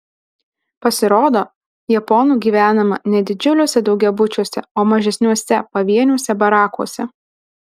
pasirodo japonų gyvenama ne didžiuliuose daugiabučiuose o mažesniuose pavieniuose barakuose